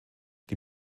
die